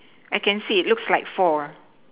I can see looks like four